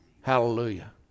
Hallelujah